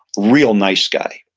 real nice guy.